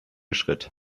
schritt